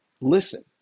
listen